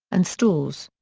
and stores.